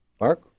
Mark